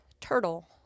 turtle